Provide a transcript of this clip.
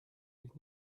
ich